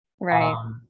Right